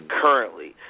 currently